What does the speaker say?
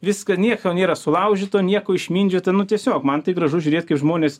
viską nieko nėra sulaužyta nieko išmindžiota nu tiesiog man tai gražu žiūrėt kaip žmonės